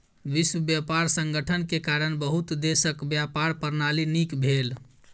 विश्व व्यापार संगठन के कारण बहुत देशक व्यापार प्रणाली नीक भेल